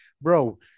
bro